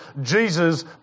Jesus